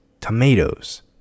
tomatoes